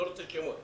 אני לא רוצה שמות,